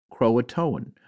Croatoan